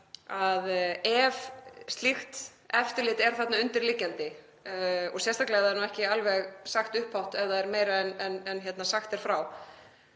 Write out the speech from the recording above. að ef slíkt eftirlit er þarna undirliggjandi, sérstaklega ef það er ekki sagt upphátt, ef það er meira en sagt er frá